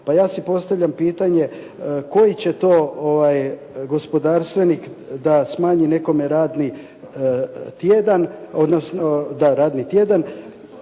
Pa ja si postavljam pitanje koji će to gospodarstvenik da smanji nekome radni tjedan i da u isto